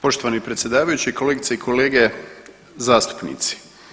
Poštovani predsjedavajući, kolegice i kolege zastupnici.